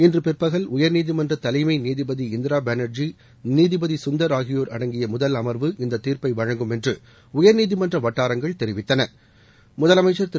இன்று பிற்பகல் உயர்நீதிமன்ற தலைமை நீதிபதி இந்திரா பேனர்ஜி நீதிபதி சுந்தர் ஆகியோர் அடங்கிய முதல் அமர்வு இந்த தீர்ப்பை வழங்குமென்று உயர்நீதிமன்றம் தெரிவித்துள்ளது முதலமைச்சர் திரு